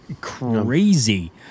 crazy